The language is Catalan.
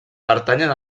pertanyen